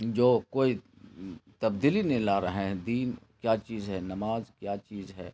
جو کوئی تبدیلی نہیں لا رہے ہیں دین کیا چیز ہے نماز کیا چیز ہے